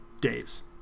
Days